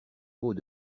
haut